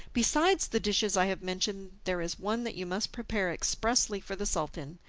besides the dishes i have mentioned there is one that you must prepare expressly for the sultan,